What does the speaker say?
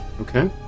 Okay